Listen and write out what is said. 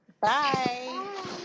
Bye